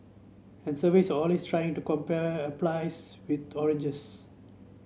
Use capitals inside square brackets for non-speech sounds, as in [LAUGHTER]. and surveys always trying to compare [UNINTELLIGIBLE] with oranges